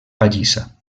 pallissa